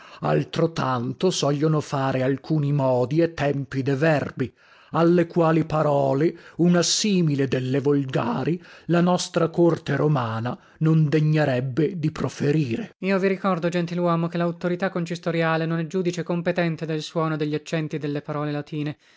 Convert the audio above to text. capo altrotanto sogliono fare alcuni modi e tempi de verbi alle quali parole una simile delle volgari la nostra corte romana non degnerebbe di proferire laz io vi ricordo gentiluomo che lauttorità concistoriale non è giudice competente del suono e deglaccenti delle parole latine